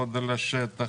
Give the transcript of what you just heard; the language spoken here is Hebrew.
גודל השטח,